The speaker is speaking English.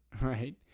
right